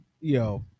Yo